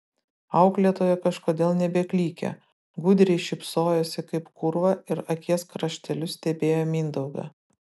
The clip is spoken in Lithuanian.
auklėtoja kažkodėl nebeklykė gudriai šypsojosi kaip kūrva ir akies krašteliu stebėjo mindaugą